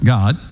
God